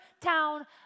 town